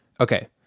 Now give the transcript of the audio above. Okay